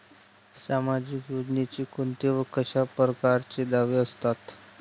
सामाजिक योजनेचे कोंते व कशा परकारचे दावे असतात?